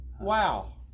Wow